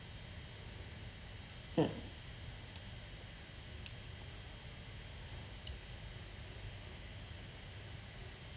mm